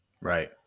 Right